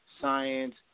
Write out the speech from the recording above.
science